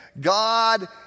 God